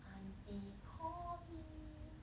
auntie connie